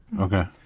Okay